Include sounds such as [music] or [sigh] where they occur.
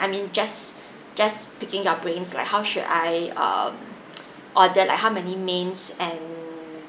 I mean just just picking your brains like how should I um [noise] order like how many mains and